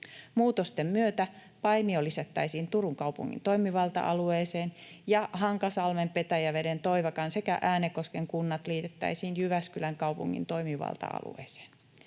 Muutosten myötä Paimio lisättäisiin Turun kaupungin toimivalta-alueeseen ja Hankasalmen, Petäjäveden, Toivakan sekä Äänekosken kunnat liitettäisiin Jyväskylän kaupungin toimivalta-alueeseen.